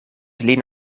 lin